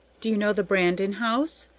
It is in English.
do you know the brandon house?